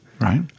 Right